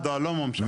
לא כובדה, לא מומשה.